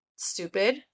Stupid